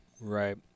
Right